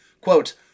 Quote